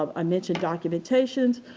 um i mentioned documentations,